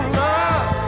love